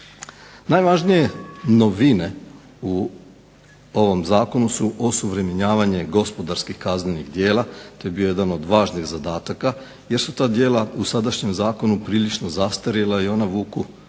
Najvažnije novine u ovom zakonu su osuvremenjivanje gospodarskih kaznenih djela. To je bio jedan od važnih zadataka jer su ta djela u sadašnjem zakonu prilično zastarjela i ona vuku porijeklo